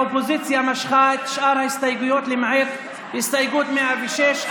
האופוזיציה משכה את שאר ההסתייגויות למעט הסתייגות 106,